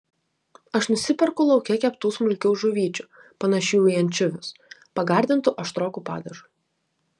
aš nusiperku lauke keptų smulkių žuvyčių panašių į ančiuvius pagardintų aštroku padažu